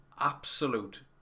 Absolute